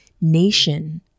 nation